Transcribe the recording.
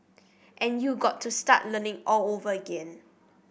and you got to start learning all over again